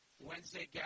Wednesday